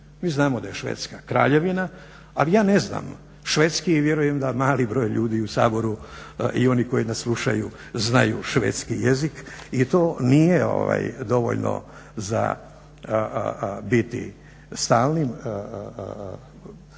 Mi znamo da je Švedska kraljevima ali ja ne znam švedski i vjerujem da mali broj ljudi u Saboru i oni koji nas slušaju znaju švedski jezik i to nije dovoljno za biti stalnim članom